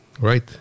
right